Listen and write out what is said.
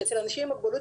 שאצל אנשים עם מוגבלות,